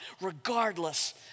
regardless